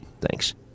Thanks